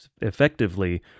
effectively